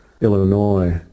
Illinois